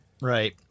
Right